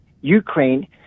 Ukraine